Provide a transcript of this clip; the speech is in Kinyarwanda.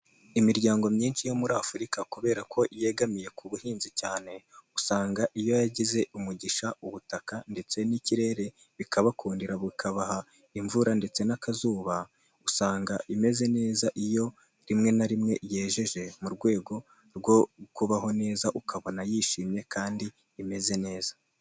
Imiryango myinshi yo muri Afurika kubera ko yegamiye ku buhinzi cyane, usanga iyo yagize umugisha ubutaka ndetse n'ikirere bikabakundira bikabaha imvura ndetse n'akazuba, usanga imeze neza iyo rimwe na rimwe igejeje mu rwego rwo kubaho neza, ukabona yishimye kandi imeze neza.